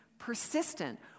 persistent